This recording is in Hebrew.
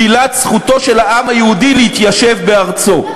שלילת זכותו של העם היהודי להתיישב בארצו.